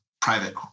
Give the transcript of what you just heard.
private